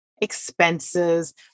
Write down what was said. expenses